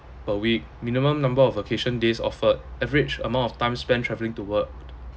per week minimum number of vacation days offered average amount of time spent travelling to work